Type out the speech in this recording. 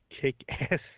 Kick-Ass